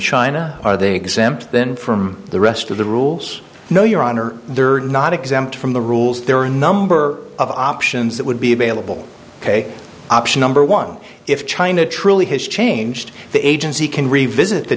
china are they exempt then from the rest of the rules no your honor there are not exempt from the rules there are a number of options that would be available ok option number one if china truly has changed the agency can revisit the